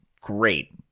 great